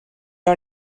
are